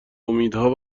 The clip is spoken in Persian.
امیدها